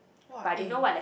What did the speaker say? !wah! eh